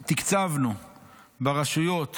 את הרשויות